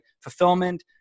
Fulfillment